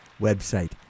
website